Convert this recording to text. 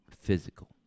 physical